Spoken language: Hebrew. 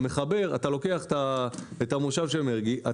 אתה לוקח את המושב של מרגי,